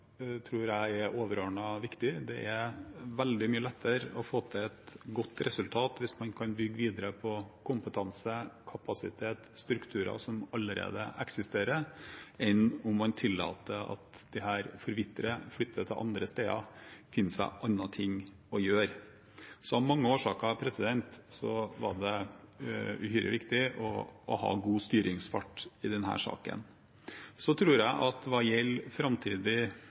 tror jeg er overordnet viktig. Det er veldig mye lettere å få til et godt resultat hvis man kan bygge videre på kompetanse, kapasitet og strukturer som allerede eksisterer, enn om man tillater at disse forvitrer, flytter til andre steder og finner seg andre ting å gjøre. Av mange årsaker var det uhyre viktig å ha god styringsfart i denne saken. Jeg tror at hva gjelder framtidig